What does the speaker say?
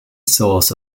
source